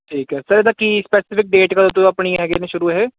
ਠੀਕ ਹੈ ਸਰ ਇਹਦਾ ਕੀ ਸਪੈਸਫਿਕ ਡੇਟ ਕਦੋਂ ਤੋਂ ਆਪਣੀ ਹੈਗੇ ਨੇ ਸ਼ੁਰੂ ਇਹ